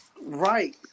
Right